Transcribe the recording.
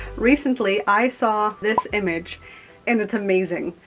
recently, i saw this image and it's amazing.